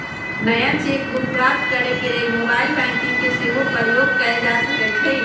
नया cheque book प्राप्त करेके लेल मोबाइल बैंकिंग के सेहो प्रयोग कएल जा सकइ छइ